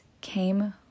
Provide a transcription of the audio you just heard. came